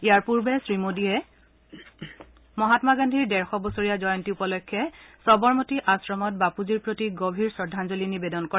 ইয়াৰ পূৰ্বে শ্ৰীমোডীয়ে মহামা গান্ধীৰ ডেৰশ বছৰীয়া জয়ন্তী উপলক্ষে চবৰমতী আশ্ৰমত তেওঁৰ প্ৰতি গভীৰ শ্ৰদ্ধাঞ্জলি নিৱেদন কৰে